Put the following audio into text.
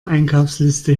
einkaufsliste